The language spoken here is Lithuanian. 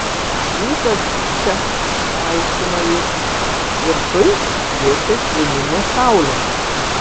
rūkas tik čia paaiškino jis viršuj šviečia švininė saulė